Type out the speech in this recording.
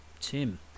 Tim